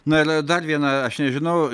na ir dar viena aš nežinau